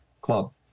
club